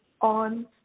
on